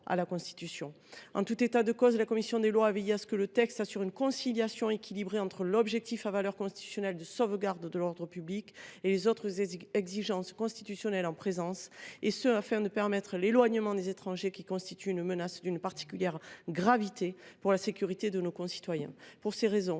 à la Constitution. En tout état de cause, la commission des lois a veillé à ce que le texte assure une conciliation équilibrée entre l’objectif à valeur constitutionnelle de sauvegarde de l’ordre public et les autres exigences constitutionnelles en présence, afin de permettre l’éloignement des étrangers qui constituent une menace d’une particulière gravité pour la sécurité de nos concitoyens. C’est pour ces raisons